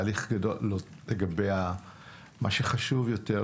מה שחשוב יותר,